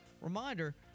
reminder